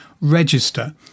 register